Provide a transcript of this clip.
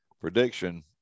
prediction